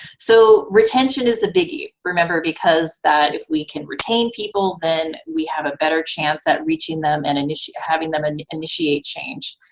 so retention is a biggie, remember, because that if we can retain people, then we have a better chance at reaching them and initiate. having them and initiate change.